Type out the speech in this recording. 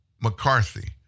McCarthy